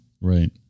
Right